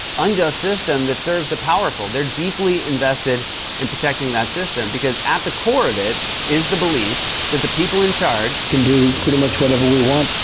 unjust system that serves the powerful. they're deeply invested in protecting that system because at the core of it is the belief that the people in charge. can do pretty much whatever we want.